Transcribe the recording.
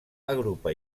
agrupa